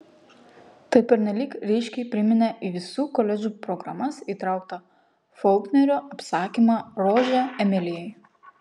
tai pernelyg ryškiai priminė į visų koledžų programas įtrauktą folknerio apsakymą rožė emilijai